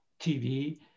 TV